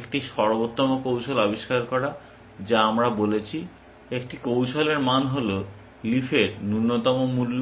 একটি সর্বোত্তম কৌশল আবিষ্কার করা যা আমরা বলেছি একটি কৌশলের মান হল লিফের ন্যূনতম মূল্য